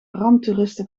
ramptoeristen